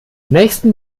nächsten